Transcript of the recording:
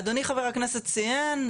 אדוני חבר הכנסת ציין,